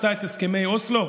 שעשתה את הסכמי אוסלו?